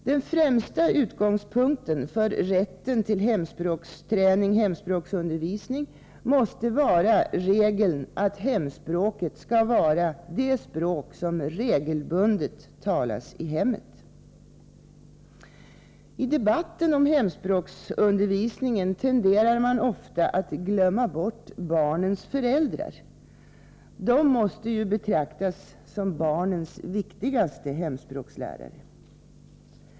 Den främsta utgångspunkten för rätten till hemspråksundervisning och hemspråksträning måste vara regeln att hemspråket skall vara det språk som regelbundet talas i hemmet. I debatten om hemspråksundervisningen tenderar man ofta att glömma bort barnens föräldrar. De måste betraktas som barnens viktigaste hemspråkslärare.